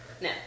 No